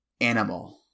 Animal